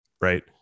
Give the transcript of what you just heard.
right